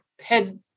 head